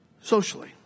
socially